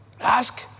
Ask